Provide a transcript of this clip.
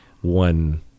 one